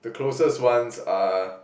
the closest ones are